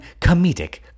comedic